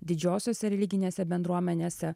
didžiosiose religinėse bendruomenėse